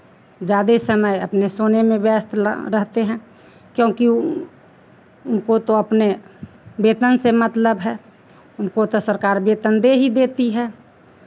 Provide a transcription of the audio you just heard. ज़्यादे समय अपने सोने में व्यस्त रहते हैं क्योंकि उनको तो अपने वेतन से मतलब है उनको तो सरकार वेतन दे ही देती है